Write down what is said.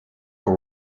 are